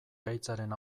gaitzaren